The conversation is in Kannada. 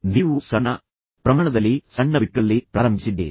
ನೀವು ಸಣ್ಣ ಪ್ರಮಾಣದಲ್ಲಿ ಪ್ರಾರಂಭಿಸಿದ್ದೀರಿ ನೀವು ಸಣ್ಣ ಬಿಟ್ಗಳಲ್ಲಿ ಪ್ರಾರಂಭಿಸಿದ್ದೀರಿ